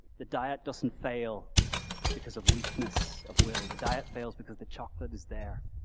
the diet doesn't fail because of weakness of will, the diet fails because the chocolate is there.